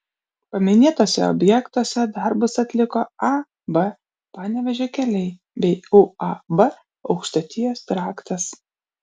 paminėtuose objektuose darbus atliko ab panevėžio keliai bei uab aukštaitijos traktas